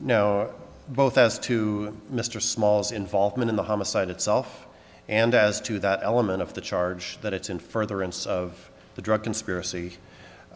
no both as to mr small's involvement in the homicide itself and as to that element of the charge that it's in furtherance of the drug conspiracy